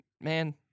man